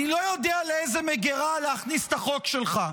אני לא יודע לאיזו מגירה להכניס את החוק שלך,